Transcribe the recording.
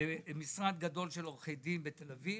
למשרד גדול של עורכי דין בתל אביב,